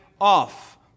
off